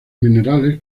minerales